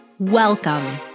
Welcome